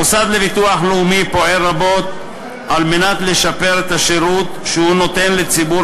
המוסד לביטוח לאומי פועל רבות על מנת לשפר את השירות שהוא נותן לציבור